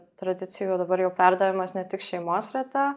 tradicijų dabar jau perdavimas ne tik šeimos rate